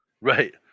right